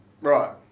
Right